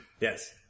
Yes